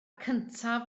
cyntaf